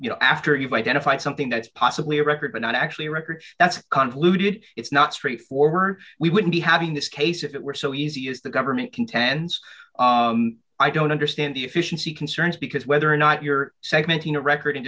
you know after you've identified something that's possibly a record but not actually records that's convoluted it's not straightforward we wouldn't be having this case if it were so easy as the government contends i don't understand the efficiency concerns because whether or not you're segmenting a record in